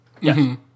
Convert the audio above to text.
Yes